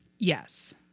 Yes